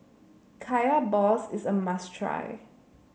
Kaya Balls is a must try